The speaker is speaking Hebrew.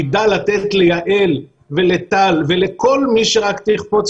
יידע לתת ליעל ולטל וכל מי שרק תחפוץ